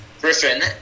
griffin